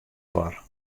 foar